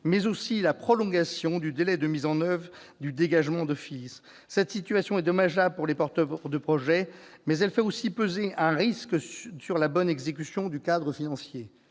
mais aussi la prolongation du délai de mise en oeuvre du dégagement d'office. Cette situation est dommageable pour les porteurs de projet, mais elle fait aussi peser un risque sur la bonne exécution du cadre financier.